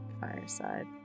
Fireside